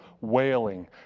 wailing